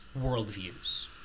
worldviews